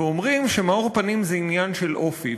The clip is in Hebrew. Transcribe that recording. ואומרים שמאור פנים זה עניין של אופי.